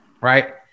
right